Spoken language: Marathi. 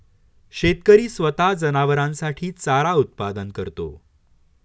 शेतकरी स्वतः जनावरांसाठी चारा उत्पादन करतो